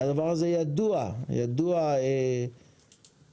הדבר הזה ידוע גם לחברות